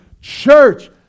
Church